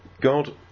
God